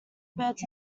birds